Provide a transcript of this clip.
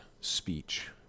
speech